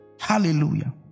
Hallelujah